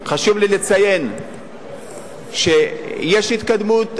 חשוב לי לציין שיש התקדמות.